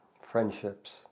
friendships